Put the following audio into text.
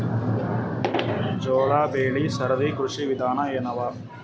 ಜೋಳ ಬೆಳಿ ಸರದಿ ಕೃಷಿ ವಿಧಾನ ಎನವ?